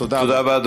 תודה רבה.